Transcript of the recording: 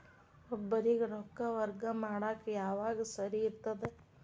ಒಬ್ಬರಿಗ ರೊಕ್ಕ ವರ್ಗಾ ಮಾಡಾಕ್ ಯಾವಾಗ ಸರಿ ಇರ್ತದ್?